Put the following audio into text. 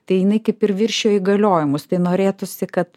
tai jinai kaip ir viršijo įgaliojimus tai norėtųsi kad